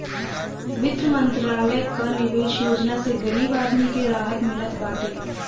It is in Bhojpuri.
वित्त मंत्रालय कअ निवेश योजना से गरीब आदमी के राहत मिलत बाटे